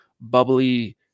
bubbly